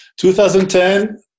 2010